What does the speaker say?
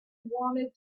wanted